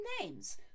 names